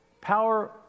Power